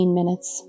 minutes